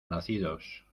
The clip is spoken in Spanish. nacidos